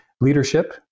leadership